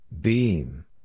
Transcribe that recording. Beam